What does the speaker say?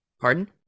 Pardon